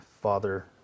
father